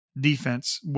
defense